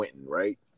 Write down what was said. right